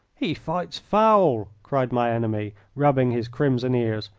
he fights foul, cried my enemy, rubbing his crimson ears.